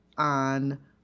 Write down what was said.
on